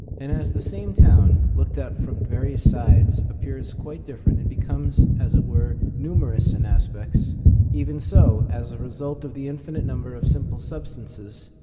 and as the same town, looked at from various sides, appears quite different and becomes as it were numerous in aspects even so, as a result of the infinite number of simple substances,